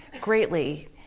greatly